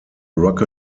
rock